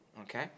Okay